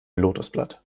lotosblatt